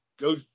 go